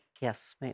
Yes